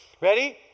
Ready